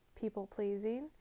people-pleasing